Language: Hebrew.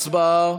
הצבעה.